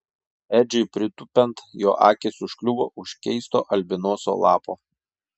edžiui pritūpiant jo akys užkliuvo už keisto albinoso lapo